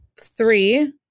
Three